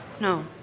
No